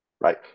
Right